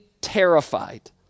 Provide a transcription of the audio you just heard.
terrified